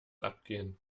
abgehen